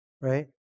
Right